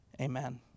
Amen